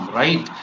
right